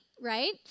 right